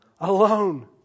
Alone